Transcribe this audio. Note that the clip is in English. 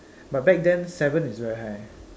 but back then seven is very high